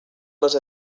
les